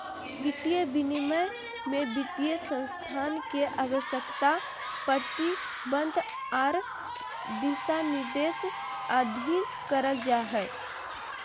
वित्तीय विनियमन में वित्तीय संस्थान के आवश्यकता, प्रतिबंध आर दिशानिर्देश अधीन करल जा हय